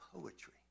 poetry